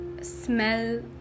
smell